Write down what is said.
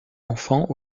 enfants